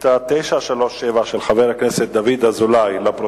שאילתא 937 של חבר הכנסת דוד אזולאי, לפרוטוקול.